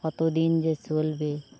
কতদিন যে চলবে